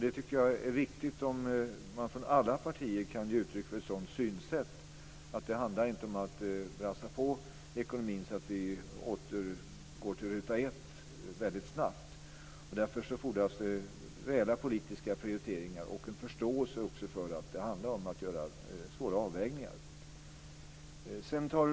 Det är viktigt om man från alla partier kan ge uttryck för ett sådant synsätt, dvs. att det inte handlar om att brassa på i ekonomin så att vi väldigt snabbt återgår till ruta 1. Därför fordras det reella politiska prioriteringar och en förståelse för att det handlar om att göra svåra avvägningar.